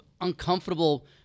uncomfortable